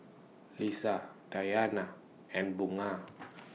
Lisa Dayana and Bunga